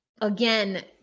Again